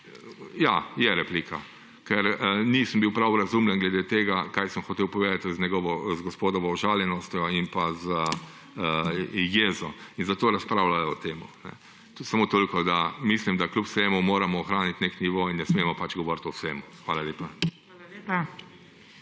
Ja, je replika, ker nisem bil prav razumljen glede tega, kaj sem hotel povedati z gospodovo užaljenostjo in jezo. In zato razpravljamo o tem. Mislim, da kljub vsemu moramo ohraniti nek nivo in ne smemo govoriti o vsem. Hvala lepa.